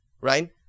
right